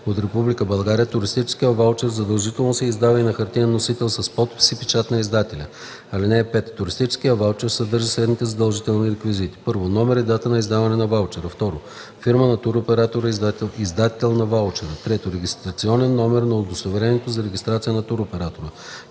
България, туристическият ваучер задължително се издава и на хартиен носител с подпис и печат на издателя. (5) Туристическият ваучер съдържа следните задължителни реквизити: 1. номер и дата на издаването на ваучера; 2. фирма на туроператора - издател на ваучера; 3. регистрационен номер на удостоверението за регистрация на туроператора;